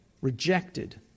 rejected